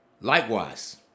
Likewise